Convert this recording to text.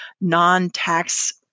non-tax